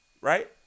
Right